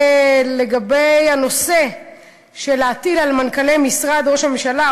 ולגבי הטלת הנושא על מנכ"לי משרד ראש הממשלה,